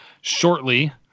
shortly